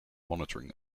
monitoring